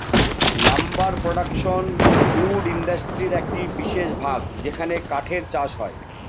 lumber production wood ইন্ডাস্ট্রির একটি বিশেষ ভাগ যেখানে কাঠের চাষ হয়